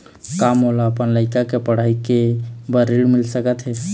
का मोला अपन लइका के पढ़ई के बर ऋण मिल सकत हे?